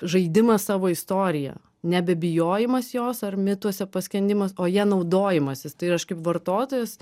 žaidimas savo istorija nebebijojimas jos ar mituose paskendimas o ja naudojimasis tai ir aš kaip vartotojas